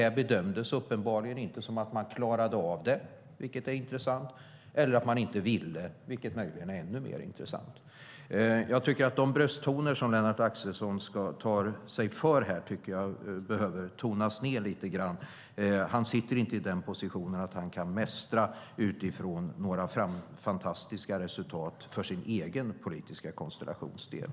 Man gjorde uppenbarligen bedömningen att man inte klarade av det, vilket är intressant, eller så ville man inte, vilket möjligen är ännu mer intressant. De brösttoner som Lennart Axelsson här använder sig av tycker jag behöver tonas ned lite grann. Han sitter inte i den positionen att han kan mästra utifrån några fantastiska resultat för sin egen politiska konstellations del.